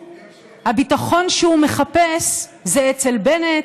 הביטחון שהוא מחפש זה אצל בנט,